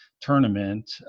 tournament